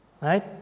Right